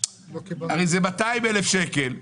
הרי זה 200,000 שקל.